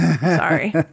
Sorry